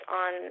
on